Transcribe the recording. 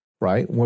Right